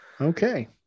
Okay